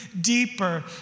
deeper